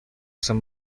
some